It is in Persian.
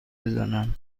بزنم